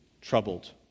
troubled